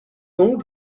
donc